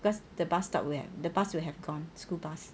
cause the bus stop where the bus will have gone school bus